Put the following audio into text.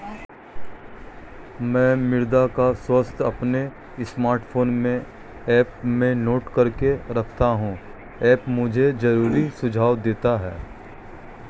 मैं मृदा का स्वास्थ्य अपने स्मार्टफोन में ऐप में नोट करके रखता हूं ऐप मुझे जरूरी सुझाव देता है